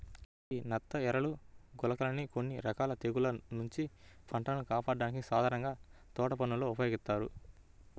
యీ నత్తఎరలు, గుళికలని కొన్ని రకాల తెగుల్ల నుంచి పంటను కాపాడ్డానికి సాధారణంగా తోటపనుల్లో ఉపయోగిత్తారు